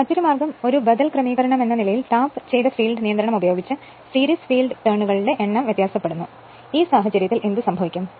മറ്റൊരു മാർഗ്ഗം ഒരു ബദൽ ക്രമീകരണമെന്ന നിലയിൽ ടാപ്പുചെയ്ത ഫീൽഡ് നിയന്ത്രണം ഉപയോഗിച്ച് സീരീസ് ഫീൽഡ് ടേണുകളുടെ എണ്ണം വ്യത്യാസപ്പെടുന്നു ഈ സാഹചര്യത്തിൽ എന്ത് സംഭവിക്കും